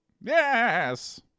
Yes